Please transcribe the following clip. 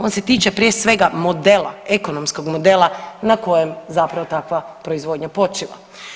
On se tiče prije svega modela, ekonomskog modela na kojem zapravo takva proizvodnja počiva.